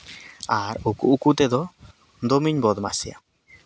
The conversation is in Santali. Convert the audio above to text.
ᱟᱨ ᱩᱠᱩ ᱩᱠᱩ ᱛᱮᱫᱚ ᱫᱚᱢᱮᱧ ᱵᱚᱫᱢᱟᱭᱤᱥᱤᱭᱟ